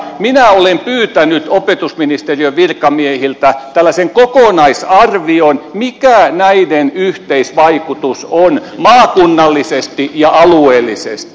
minä olen pyytänyt opetusministeriön virkamiehiltä tällaisen kokonaisarvion mikä näiden yhteisvaikutus on maakunnallisesti ja alueellisesti